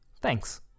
Thanks